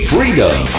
Freedom